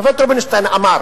השופט רובינשטיין אמר